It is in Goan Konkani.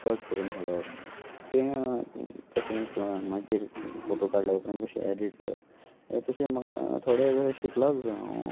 कट करून हडोवप तें कशें किंवां मागीर फोटो काडल्या उपरांत कशें एडीट करप हें तशें म्हाका थोडे तशे शिकला हांव